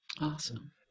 Awesome